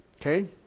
Okay